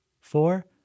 Four